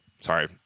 sorry